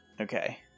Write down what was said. Okay